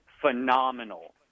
phenomenal